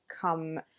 come